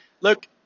look